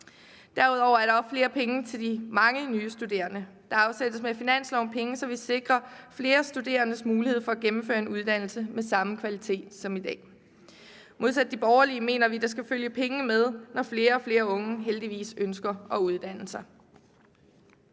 Derudover er der også flere penge til de mange nye studerende. Der afsættes med finansloven penge, så vi sikrer flere studerendes mulighed for at gennemføre en uddannelse med samme kvalitet som i dag. Modsat de borgerlige mener vi, at der skal følge penge med, når flere og flere unge heldigvis ønsker at uddanne sig.